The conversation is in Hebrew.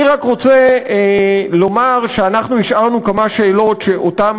אני רק רוצה לומר שאנחנו השארנו כמה שאלות שאנחנו